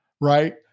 Right